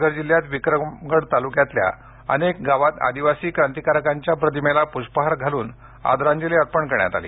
पालघर जिल्ह्यात विक्रमगड तालुक्या मधल्या अनेक गावांत आदिवासी क्रांतीकारकांच्या प्रतिमेला पुष्पहार घालून आदराजली अर्पण करण्यात आली